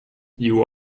you